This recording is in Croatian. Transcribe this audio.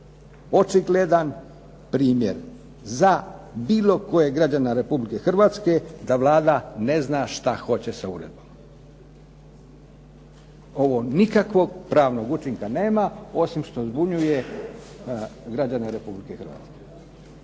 očigledan primjer za bilo kojeg građana Republike Hrvatske, da Vlada ne zna što hoće sa uredbom. Ovo nikakvog pravnog učinka nema, osim što zbunjuje građane Republike Hrvatske.